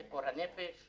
ציפור הנפש,